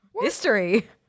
History